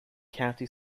county